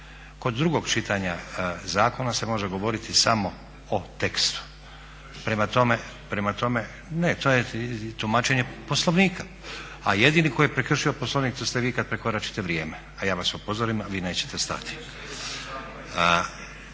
Kod drugog čitanja zakona se može govoriti samo o tekstu, prema tome. Ne, to je tumačenje Poslovnika. A jedini tko je prekršio Poslovnik to ste vi kada prekoračite vrijeme, a ja vas upozorim a vi nećete stati.